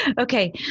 Okay